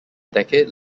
decade